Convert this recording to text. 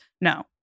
No